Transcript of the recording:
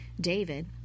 David